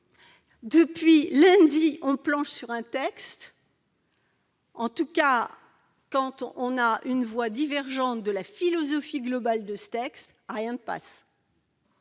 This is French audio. Depuis lundi, on planche sur un texte et, quand on a une voix divergente de sa philosophie globale, rien ne passe.